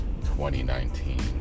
2019